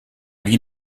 lui